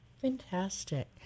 Fantastic